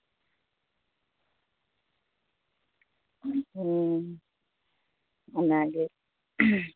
ᱦᱩᱸ ᱚᱱᱟ ᱜᱮ